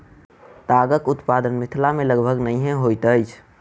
तागक उत्पादन मिथिला मे लगभग नहिये होइत अछि